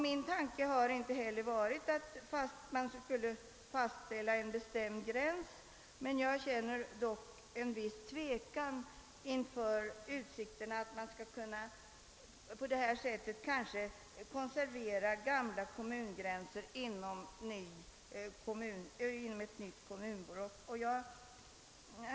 Min tanke har inte heller varit att man skulle fastställa en bestämd gräns, men jag känner dock en viss tvekan och fruktar att man på detta sätt kommer att kunna konservera gamla gränser inom ett nytt kommunblock.